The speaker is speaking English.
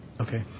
Okay